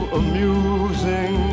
amusing